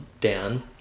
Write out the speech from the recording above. dan